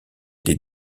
des